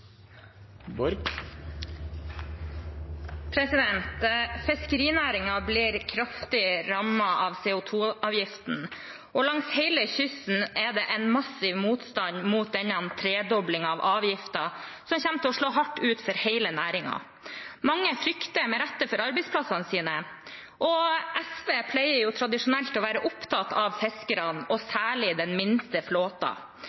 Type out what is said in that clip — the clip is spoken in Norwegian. blir kraftig rammet av CO 2 -avgiften, og langs hele kysten er det en massiv motstand mot denne tredoblingen av avgiften som kommer til å slå hardt ut for hele næringen. Mange frykter med rette for arbeidsplassene sine. SV pleier tradisjonelt å være opptatt av fiskerne, og